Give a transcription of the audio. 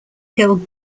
hill